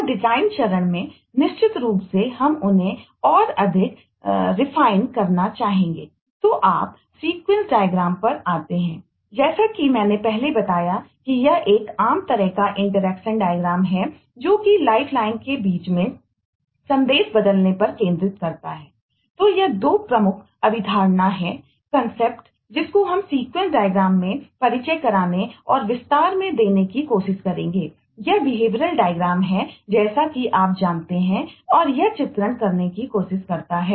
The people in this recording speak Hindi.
और डिजाइन चरण में निश्चित रूप से हम उन्हें और अधिक परिष्कृत है जैसा कि आप जानते हैं और यह चित्रण करने की कोशिश करता है